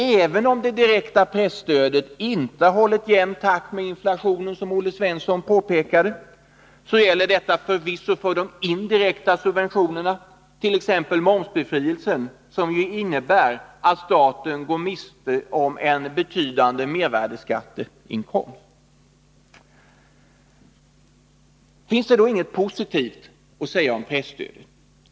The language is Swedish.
Även om det direkta presstödet inte har hållit jämn takt med inflationen, som Olle Svensson påpekade, så gäller förvisso motsatsen för de indirekta subventionerna, t.ex. momsbefrielsen, som innebär att staten går miste om en betydande mervärdesskatteinkomst. Finns det då inget positivt att säga om presstödet?